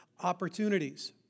opportunities